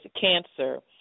cancer